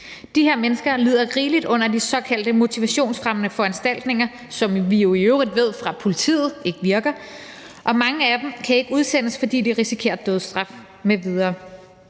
De her mennesker lider rigeligt under de såkaldte motivationsfremmende foranstaltninger, som vi jo i øvrigt ved fra politiet ikke virker, og mange af dem kan ikke udsendes, fordi de risikerer dødsstraf m.v.